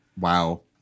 Wow